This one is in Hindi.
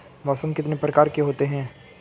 मौसम कितने प्रकार के होते हैं?